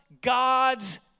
God's